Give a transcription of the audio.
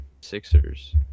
sixers